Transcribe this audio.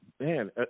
man